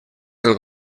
del